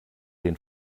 den